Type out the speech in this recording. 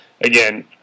again